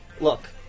look